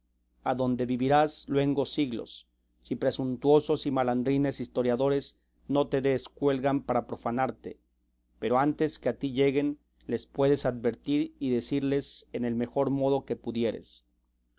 mía adonde vivirás luengos siglos si presuntuosos y malandrines historiadores no te descuelgan para profanarte pero antes que a ti lleguen les puedes advertir y decirles en el mejor modo que pudieres